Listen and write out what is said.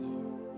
Lord